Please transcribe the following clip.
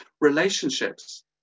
relationships